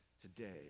today